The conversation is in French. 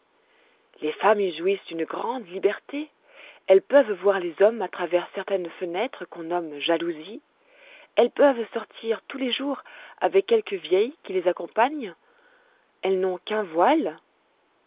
les femmes y jouissent d'une grande liberté elles peuvent voir les hommes à travers certaines fenêtres qu'on nomme jalousies elles peuvent sortir tous les jours avec quelques vieilles qui les accompagnent elles n'ont qu'un voile